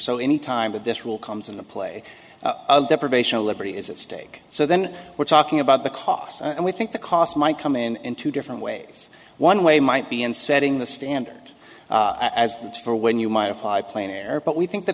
so any time that this will comes into play deprivation of liberty is at stake so then we're talking about the cost and we think the cost might come in in two different ways one way might be in setting the standard as for when you might apply plane air but we think the